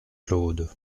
claude